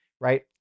right